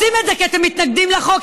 אתם רוצים את זה כי אתם מתנגדים לחוק,